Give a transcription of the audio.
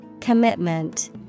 Commitment